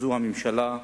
הממשלה,